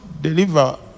deliver